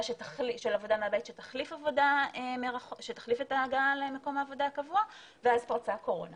מהבית שתחליף את ההגעה למקום העבודה הקבוע ואז פרצה הקורונה